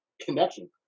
connection